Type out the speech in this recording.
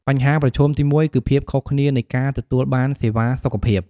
បញ្ហាប្រឈមទីមួយគឺភាពខុសគ្នានៃការទទួលបានសេវាសុខភាព។